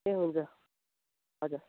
ए हुन्छ हजुर